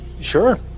Sure